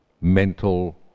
mental